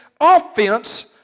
offense